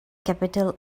capital